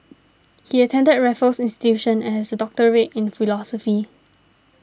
he attended Raffles Institution and has a doctorate in philosophy